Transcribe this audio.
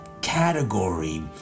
category